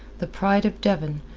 the pride of devon,